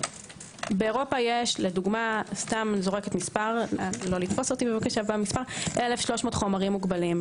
באירופה יש למשל סתם אני זורקת מספר - 1,300 חומרים מוגבלים.